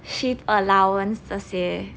shift allowance 这些